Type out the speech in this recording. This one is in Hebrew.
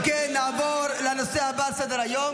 אם כן, נעבור לנושא הבא על סדר-היום